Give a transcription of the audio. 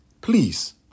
Please